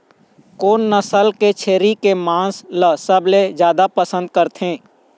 कोन नसल के छेरी के मांस ला सबले जादा पसंद करथे?